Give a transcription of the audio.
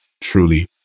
truly